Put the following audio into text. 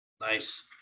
Nice